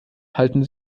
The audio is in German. halten